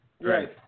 Right